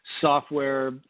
software